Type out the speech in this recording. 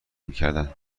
میکردند